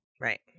Right